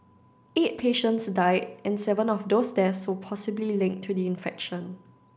eight patients died and seven of those deaths were possibly linked to the infection